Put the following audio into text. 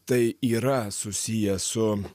tai yra susiję su